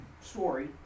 story